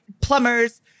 plumbers